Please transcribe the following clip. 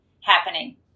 happening